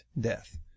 death